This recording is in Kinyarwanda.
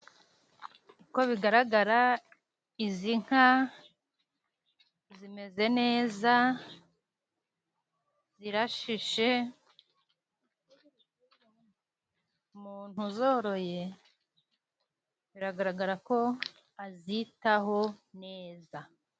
Uko bigaragara izi nka zimeze neza, zirashishe, umuntu uzoroye, biragaragara ko azitaho neza.